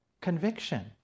conviction